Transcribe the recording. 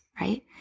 right